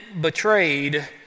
betrayed